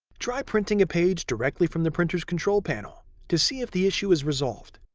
try printing a page directly from the printer's control panel to see if the issue is resolved.